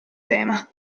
tema